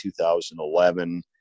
2011